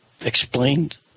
explained